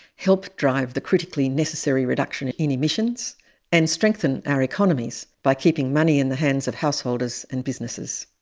help drive the critically necessary reduction in in emissions and strengthen our economies by keeping money in the hands of householders and businesses.